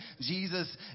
Jesus